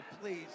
please